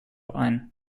ein